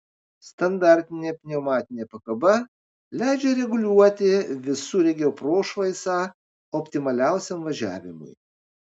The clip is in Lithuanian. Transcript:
standartinė pneumatinė pakaba leidžia reguliuoti visureigio prošvaisą optimaliausiam važiavimui